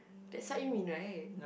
that's what you mean right